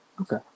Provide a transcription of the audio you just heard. Okay